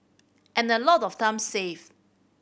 and a lot of time save